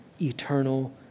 eternal